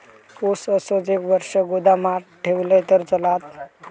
ऊस असोच एक वर्ष गोदामात ठेवलंय तर चालात?